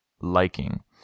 liking